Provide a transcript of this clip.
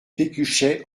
pécuchet